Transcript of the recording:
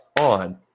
on